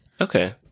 Okay